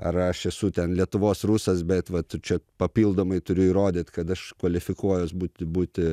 ar aš esu ten lietuvos rusas bet vat čia papildomai turiu įrodyt kad aš kvalifikuotas būti būti